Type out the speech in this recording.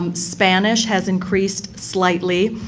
um spanish has increased slightly.